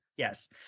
Yes